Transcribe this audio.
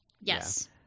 yes